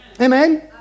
Amen